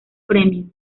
premium